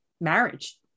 marriage